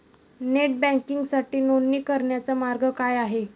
Net बँकिंगसाठी नोंदणी करण्याचा मार्ग काय आहे?